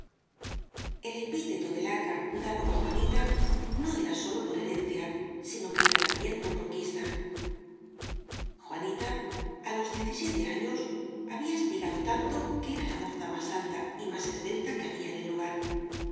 el epíteto de larga dado á juanita no era sólo por herencia sino que era también por conquista juanita á los diecisiete años había espigado tan to que era la moza más alta y más esbelta que ha bía en el lugar